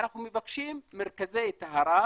אנחנו מבקשים מספר מרכזי טהרה